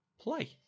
play